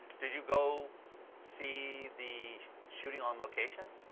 did you go see the shooting on location?